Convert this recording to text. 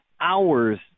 hours